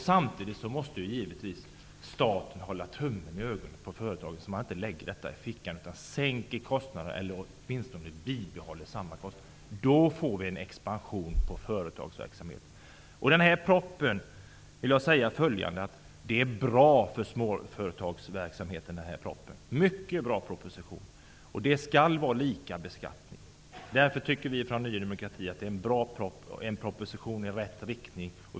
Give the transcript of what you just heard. Samtidigt måste givetvis staten hålla tummen på ögat på företagare, så att man inte lägger allt i fickan utan ser till att åtminstone hålla kostnadsläget oförändrat. På det viset får vi en expansion på företagsverksamheten. Den här propositionen är mycket bra för småföretagsverksamheten. Det skall vara lika beskattning. Därför tycker vi från Ny demokrati att propositionen är bra, en proposition i rätt riktning.